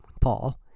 Paul